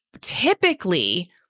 typically